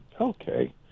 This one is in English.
Okay